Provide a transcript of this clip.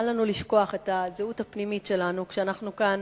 אל לנו לשכוח את הזהות הפנימית שלנו כשאנחנו כאן